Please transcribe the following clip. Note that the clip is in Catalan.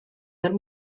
pel